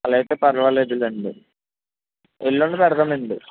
అలా అయితే పర్వాలేదులెండి ఎల్లుండి పెడదామండి